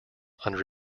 under